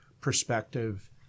perspective